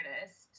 artist